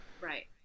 Right